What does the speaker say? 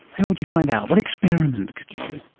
how would you find out? what experiment could you do?